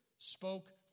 Spoke